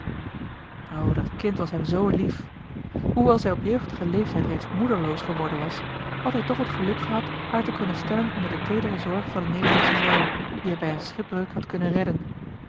dat kind was hem zoo lief hoewel zij op jeugdigen leeftijd reeds moederloos geworden was had hij toch het geluk gehad haar te kunnen stellen onder de teedere zorg van een nederlandsche vrouw die hij bij een schipbreuk had kunnen redden